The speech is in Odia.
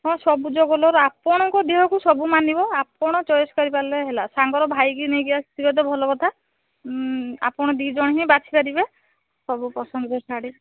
ହଁ ସବୁଜ କଲର୍ ଆପଣଙ୍କ ଦେହକୁ ସବୁ ମାନିବ ଆପଣ ଚଏସ୍ କରିପାରିଲେ ହେଲା ସାଙ୍ଗର ଭାଇ କି ନେଇକି ଆସିଥିବେ ତ ଭଲ କଥା ଆପଣ ଦୁଇ ଜଣ ହିଁ ବାଛି ପାରିବେ ସବୁ ପସନ୍ଦର ଶାଢ଼ୀ